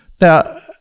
Now